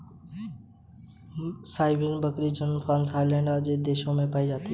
सानेंइ बकरियाँ, Germany, France, Holland, Belgium आदि देशों में भी पायी जाती है